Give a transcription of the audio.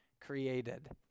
created